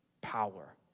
power